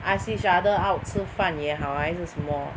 ask each other out 吃饭也好还是什么